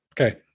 Okay